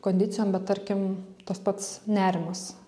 kondicijom bet tarkim tas pats nerimas